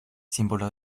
símbolo